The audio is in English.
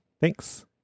thanks